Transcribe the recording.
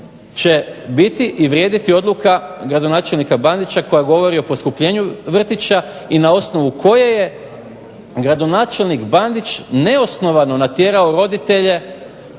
će biti i vrijediti odluka gradonačelnika Bandića koja govori o poskupljenju vrtića i na osnovu koje je gradonačelnik Bandić neosnovano natjerao roditelje